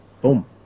boom